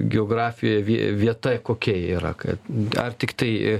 geografija vie vieta kokia yra kad ar tiktai